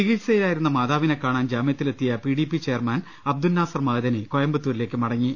ചികിത്സയിലായിരുന്ന മാതാവിനെ കാണാൻ ജാമൃത്തിലെത്തിയ പിഡിപി ചെയർമാൻ അബ്ദുൽ നാസർ മഅ്ദനി കോയമ്പത്തൂരിലേക്ക് മടങ്ങി